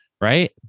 Right